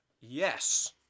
yes